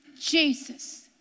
Jesus